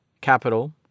capital